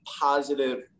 positive